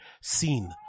seen